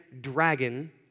dragon